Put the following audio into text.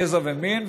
גזע ומין,